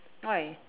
why